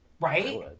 Right